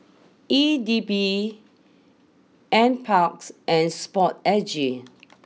E D B N Parks and Sport A G